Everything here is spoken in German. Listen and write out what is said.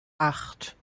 acht